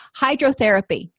Hydrotherapy